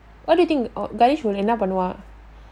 what do you think என்னபண்ணுவா:enna pannuva